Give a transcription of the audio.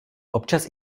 občas